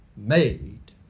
made